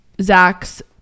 Zach's